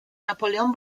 napoleón